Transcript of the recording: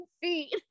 feet